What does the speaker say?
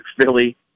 Philly